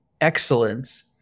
excellence